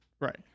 right